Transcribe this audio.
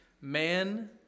man